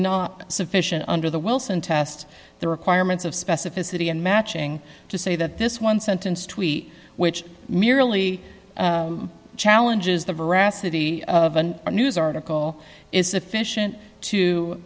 not sufficient under the wilson test the requirements of specificity and matching to say that this one sentence tweet which merely challenges the veracity of a news article is sufficient to